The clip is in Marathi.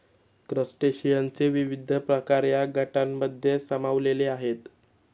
क्रस्टेशियनचे विविध प्रकार या गटांमध्ये सामावलेले आहेत